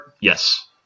Yes